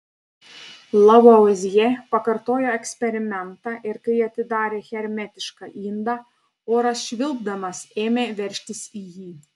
lavuazjė pakartojo eksperimentą ir kai atidarė hermetišką indą oras švilpdamas ėmė veržtis į jį